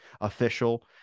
official